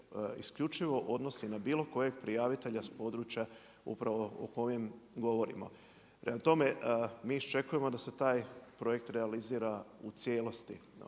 isključivo odnosi na bilo kojeg prijavitelja s područja upravo o kojim govorimo. Prema tome, mi iščekujemo da se taj projekt realizira u cijelosti,